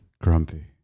Grumpy